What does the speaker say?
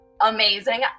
amazing